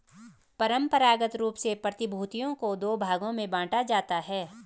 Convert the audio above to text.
परंपरागत रूप से प्रतिभूतियों को दो भागों में बांटा जाता है